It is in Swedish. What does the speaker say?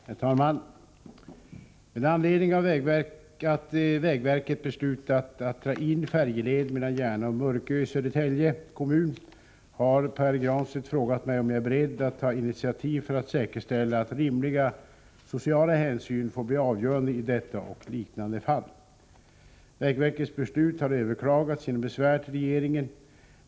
Herr talman! Med anledning av att vägverket beslutat att dra in färjeleden mellan Järna och Mörkö i Södertälje kommun har Pär Granstedt frågat mig om jag är beredd att ta initiativ för att säkerställa att rimliga sociala hänsyn får bli avgörande i detta och liknande fall. Vägverkets beslut har överklagats genom besvär till regeringen.